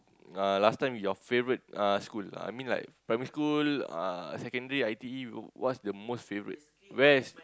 uh last time your favourite uh school uh I mean like primary school uh secondary I_T_E what's the most favourite where is